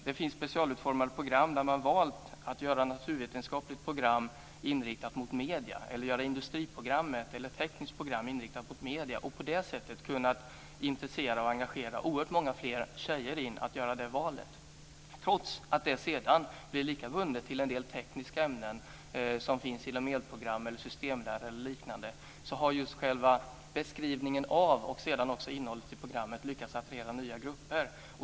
Det finns specialutformade program där man valt att göra ett naturvetenskapligt eller tekniskt program eller ett industriprogram inriktat mot medier. På det sättet har man kunnat intressera och engagera oerhört många fler tjejer att göra det valet. Trots att det sedan blir lika bundet till en del tekniska ämnen som finns i elprogram, systemlära eller liknande har just själva beskrivningen av och sedan också innehållet i programmet lyckats attrahera nya grupper.